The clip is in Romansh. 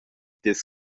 dils